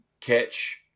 catch